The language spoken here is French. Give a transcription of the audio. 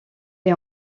est